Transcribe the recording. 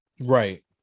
Right